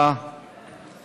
הרווחה והבריאות נתקבלה.